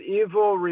evil